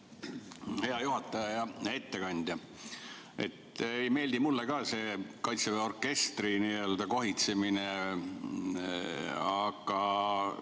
Hea juhataja! Hea ettekandja! Ei meeldi mulle ka see Kaitseväe orkestri n‑ö kohitsemine. Aga